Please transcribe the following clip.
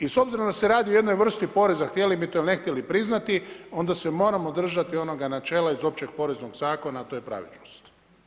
I s obzirom da se radi o jednoj vrsti poreza htjeli mi to ili ne htjeli priznati, onda se moramo držati onoga načela iz Općeg poreznog zakona, a to je pravičnost.